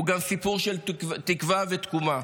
הוא גם סיפור של תקווה ותקומה.